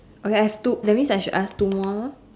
okay I have two that means I should ask two more